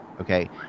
Okay